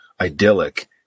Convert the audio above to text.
idyllic